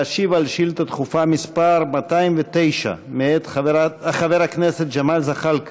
להשיב על שאילתה דחופה מס' 209 מאת חבר הכנסת ג'מאל זחאלקה.